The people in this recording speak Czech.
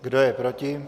Kdo je proti?